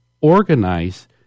organize